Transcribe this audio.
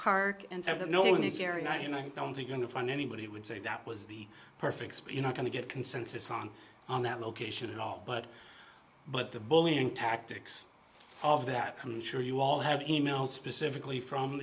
knives and i don't think going to find anybody would say that was the perfect you're not going to get consensus on on that location and all but but the bullying tactics of that i'm sure you all have e mail specifically from